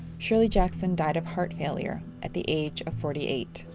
shirley jackson died of heart failure at the age of forty eight.